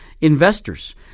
investors